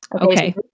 Okay